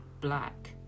black